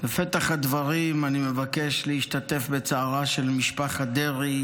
בפתח הדברים אני מבקש להשתתף בצערה של משפחת דרעי